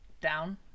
down